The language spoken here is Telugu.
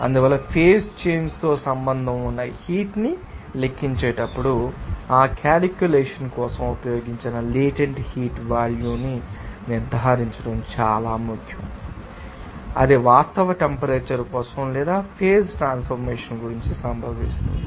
అందువల్ల ఫేజ్ చేంజ్ తో సంబంధం ఉన్న హీట్ ని లెక్కించేటప్పుడు ఆ కాలిక్యూలేషన్ కోసం ఉపయోగించిన లేటెంట్ హీట్ వాల్యూ ను నిర్ధారించడం చాలా ముఖ్యం అని మేము చెప్పగలం అది వాస్తవ టెంపరేచర్ కోసం లేదా ఈ ఫేజ్ ట్రాన్సఫర్మేషన్ సంభవిస్తుంది